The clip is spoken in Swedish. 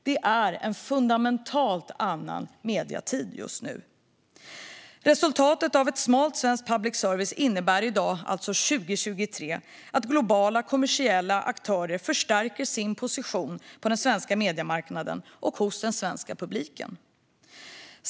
Det är en fundamentalt annan medietid nu. Resultatet av ett smalt svenskt public service innebär i dag, 2023, att globala kommersiella aktörer förstärker sin position på den svenska mediemarknaden och hos den svenska publiken.